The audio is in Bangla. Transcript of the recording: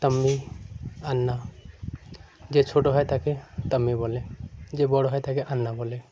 তাম্মি আন্না যে ছোটো হয় তাকে তাম্মি বলে যে বড়ো হয় তাকে আন্না বলে